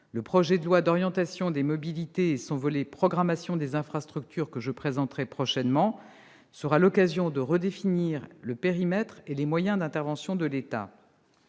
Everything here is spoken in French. Le projet de loi d'orientation des mobilités, notamment dans son volet de programmation des infrastructures, que je présenterai prochainement, sera l'occasion de redéfinir le périmètre et les moyens d'intervention de l'État.